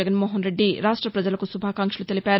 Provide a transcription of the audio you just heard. జగన్నోహన్రెడ్డి రాష్ట ప్రజలకు శుభాకాంక్షలు తెలిపారు